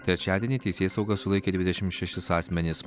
trečiadienį teisėsauga sulaikė dvidešimt šešis asmenis